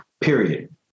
period